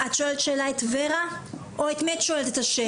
את שואלת שאלה את ור"ה או את מי את שואלת את השאלה?